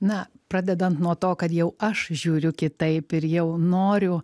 na pradedant nuo to kad jau aš žiūriu kitaip ir jau noriu